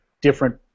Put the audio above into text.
different